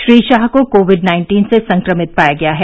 श्री शाह को COVID nineteen से संक्रमित पाया गया है